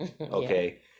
Okay